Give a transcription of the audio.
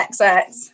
XX